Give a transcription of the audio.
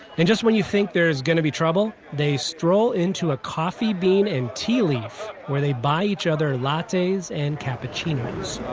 and just when you think there's going to be trouble, they stroll into a coffee bean and tea leaf, where they buy each other lattes and capuccinos